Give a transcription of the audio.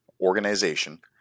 organization